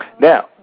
Now